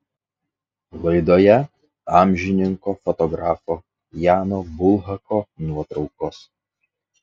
laidoje amžininko fotografo jano bulhako nuotraukos